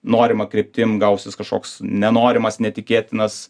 norima kryptim gausis kažkoks nenorimas netikėtinas